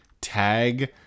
tag